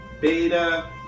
beta